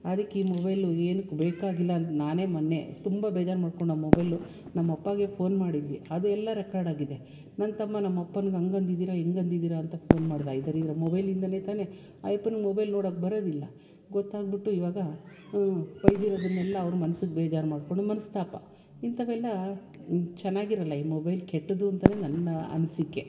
ಅದಕ್ಕೆ ಈ ಮೊಬೈಲು ಏನಕ್ಕೆ ಬೇಕಾಗಿಲ್ಲ ಅಂತ ನಾನೇ ಮೊನ್ನೆ ತುಂಬ ಬೇಜಾರು ಮಾಡ್ಕೊಂಡು ಆ ಮೊಬೈಲು ನಮ್ಮಪ್ಪಗೆ ಫೋನ್ ಮಾಡಿದ್ವಿ ಅದು ಎಲ್ಲ ರೆಕಾರ್ಡ್ ಆಗಿದೆ ನನ್ನ ತಮ್ಮ ನಮ್ಮಪ್ಪಂಗೆ ಹಂಗೆ ಅಂದಿದ್ದೀರಿ ಹಿಂಗೆ ಅಂದಿದ್ದೀರಿ ಅಂತ ಫೋನ್ ಮಾಡ್ದ ಈ ದರಿದ್ರ ಮೊಬೈಲಿಂದಲೇ ತಾನೇ ಆ ಅಪ್ಪನ್ಗೆ ಮೊಬೈಲ್ ನೋಡೋಕ್ಕೆ ಬರೋದಿಲ್ಲ ಗೊತ್ತಾಗ್ಬಿಟ್ಟು ಇವಾಗ ಬೈದಿರೋದನ್ನೆಲ್ಲ ಅವ್ರ ಮನ್ಸಿಗೆ ಬೇಜಾರು ಮಾಡ್ಕೊಂಡು ಮನಸ್ತಾಪ ಇಂಥವೆಲ್ಲ ಚೆನ್ನಾಗಿರೊಲ್ಲ ಈ ಮೊಬೈಲ್ ಕೆಟ್ಟದ್ದು ಅಂತೆಯೇ ನನ್ನ ಅನಿಸಿಕೆ